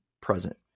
present